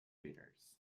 readers